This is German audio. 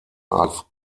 als